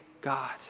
God